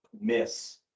miss